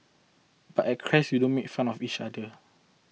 but at Crest we don't make fun of each other